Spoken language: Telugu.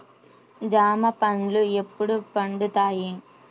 జామ పండ్లు ఎప్పుడు పండుతాయి?